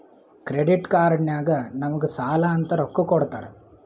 credit card ನಾಗ್ ನಮುಗ್ ಸಾಲ ಅಂತ್ ರೊಕ್ಕಾ ಕೊಡ್ತಾರ್